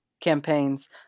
campaigns